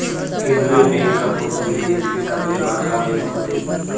केंद्रीय बेंक ह कोनो भी देस के सबले बड़का बेंक होथे